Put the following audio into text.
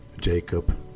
Jacob